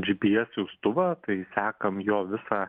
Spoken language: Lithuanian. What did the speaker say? gps siūstuvą tai sekam jo visą